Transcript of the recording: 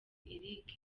eric